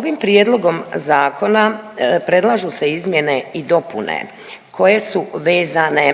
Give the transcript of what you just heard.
Ovim prijedlogom zakona predlažu se izmjene i dopune koje su vezane